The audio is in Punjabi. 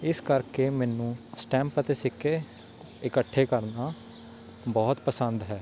ਇਸ ਕਰਕੇ ਮੈਨੂੰ ਸਟੈਂਪ ਅਤੇ ਸਿੱਕੇ ਇਕੱਠੇ ਕਰਨਾ ਬਹੁਤ ਪਸੰਦ ਹੈ